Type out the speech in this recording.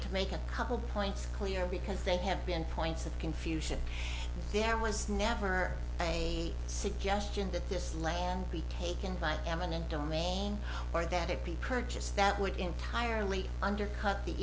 to make a couple points clear because they have in points of confusion there was never a suggestion that this land be taken by eminent domain or that it be purchased that would entirely undercut the